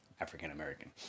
African-American